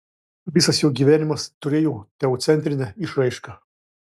visas jo gyvenimas turėjo teocentrinę išraišką